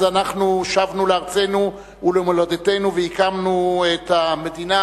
שבנו לארצנו ולמולדתנו והקמנו את המדינה